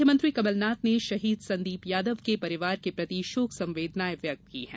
मुख्यमंत्री कमलनाथ ने शहीद संदीप यादव के परिवार के प्रति शोक संवदेनाएं व्यक्त की है